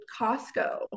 costco